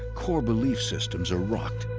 core belief systems are rocked.